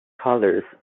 colors